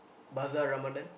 Bazaar Ramadan